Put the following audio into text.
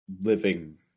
living